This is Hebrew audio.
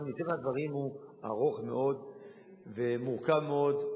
זה מטבע הדברים ארוך מאוד ומורכב מאוד,